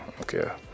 okay